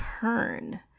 turn